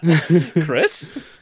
Chris